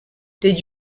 did